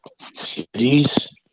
cities